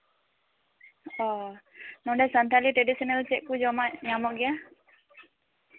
ᱱᱚᱰᱮ ᱥᱟᱱᱛᱟᱞᱤ ᱴᱨᱟᱰᱤᱥᱚᱱᱟᱞ ᱪᱮᱫ ᱠᱩ ᱡᱚᱢᱟᱜ ᱧᱟᱢᱚᱜ ᱜᱮᱭᱟ